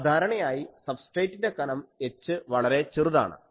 സാധാരണയായി സബ്സ്ട്രേറ്റിന്റെ കനം h വളരെ ചെറുതാണ്